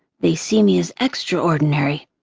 they see me as extraordinary.